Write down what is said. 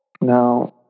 now